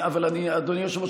אבל אדוני היושב-ראש,